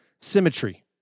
symmetry